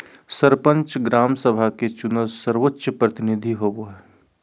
सरपंच, ग्राम सभा के चुनल सर्वोच्च प्रतिनिधि होबो हइ